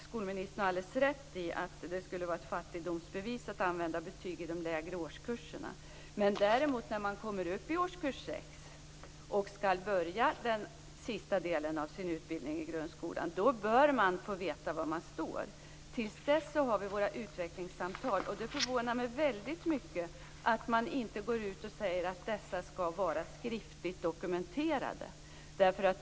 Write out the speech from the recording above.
Skolministern har rätt i att det skulle vara ett fattigdomsbevis att använda betyg i de lägre årskurserna. När man kommer upp i årskurs 6 och skall börja den sista delen av sin utbildning i grundskolan bör man däremot få veta var man står. Tills dess har vi våra utvecklingssamtal, och det förvånar mig mycket att man inte går ut och säger att dessa skall vara skriftligt dokumenterade.